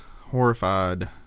horrified